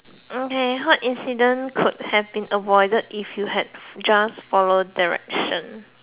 okay what incident could have been avoided if you had just followed direction